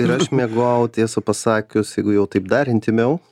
ir aš miegojau tiesą pasakius jeigu jau taip dar intymiau